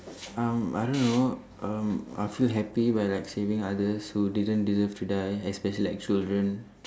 um I don't know um I feel happy when like saving others who didn't deserve to die especially like children